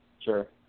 Sure